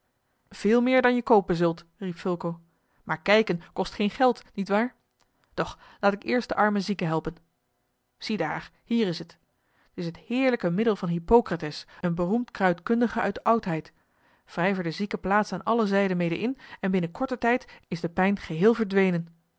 veel meer dan je koopen zult riep fulco maar kijken kost geen geld niet waar doch laat ik eerst den armen zieke helpen ziedaar hier is het t is het heerlijke middel van hippocrates een beroemd kruidkundige uit de oudheid wrijf er de zieke plaats aan alle zijden mede in en binnen korten tijd is de pijn geheel verdwenen